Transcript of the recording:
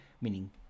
meaning